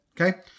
Okay